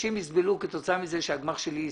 אנשים יסבלו כתוצאה מזה שהגמ"ח שלו ייסגר,